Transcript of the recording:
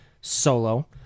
solo